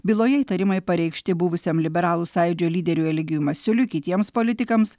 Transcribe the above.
byloje įtarimai pareikšti buvusiam liberalų sąjūdžio lyderiui eligijui masiuliui kitiems politikams